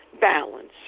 balance